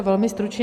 Velmi stručně.